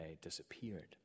disappeared